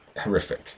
horrific